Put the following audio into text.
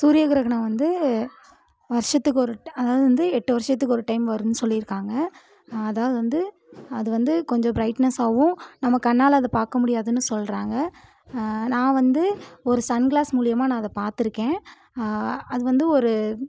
சூரியகிரகணம் வந்து வருஷத்துக்கு ஒரு அதாவது வந்து எட்டு வருஷத்துக்கு ஒரு டைம் வருன்னு சொல்லியிருக்காங்க அதாவது வந்து அது வந்து கொஞ்சம் பிரைட்னஸாகவும் நம்ம கண்ணால் அது பார்க்க முடியாதுன்னு சொல்கிறாங்க நான் வந்து ஒரு சன் கிளாஸ் மூலயமா நான் அதை பார்த்துருக்கேன் அது வந்து ஒரு